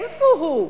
איפה הוא?